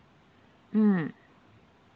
mm